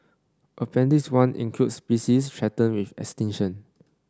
appendix one includes species threatened with extinction